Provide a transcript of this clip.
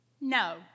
no